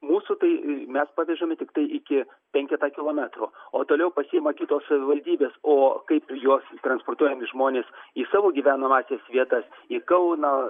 mūsų tai mes paviršiumi tiktai iki penketą kilometrų o toliau pasiima kitos savivaldybės o kaip juos transportuojami žmonės į savo gyvenamąsias vietas į kauną